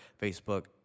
Facebook